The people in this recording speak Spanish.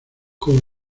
como